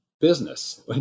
business